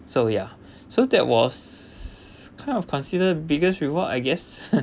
so ya so that was kind of consider biggest reward I guess